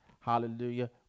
hallelujah